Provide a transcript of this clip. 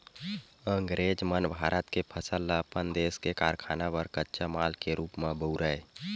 अंगरेज मन भारत के फसल ल अपन देस के कारखाना बर कच्चा माल के रूप म बउरय